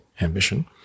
ambition